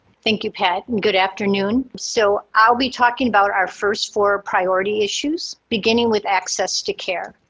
thank you, pat. and good afternoon. so, i'll be talking about our first four priority issues beginning with access to care.